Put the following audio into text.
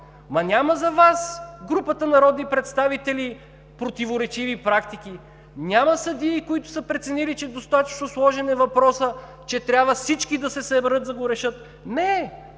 Ама няма за Вас, групата народни представители, противоречиви практики, няма съдии, които са преценили, че достатъчно сложен е въпросът, че трябва всички да се съберат, за да го решат! Не,